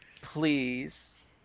please